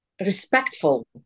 respectful